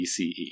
BCE